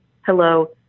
hello